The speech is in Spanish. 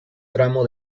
tramo